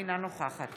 אינה נוכחת